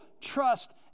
trust